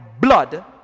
blood